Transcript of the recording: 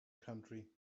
country